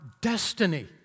destiny